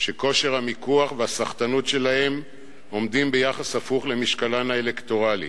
שכושר המיקוח והסחטנות שלהן עומדים ביחס הפוך למשקלן האלקטורלי.